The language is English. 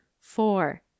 Four